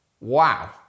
Wow